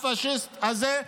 הפשיסט הזה,